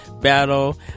battle